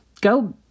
go